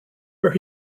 where